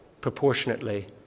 proportionately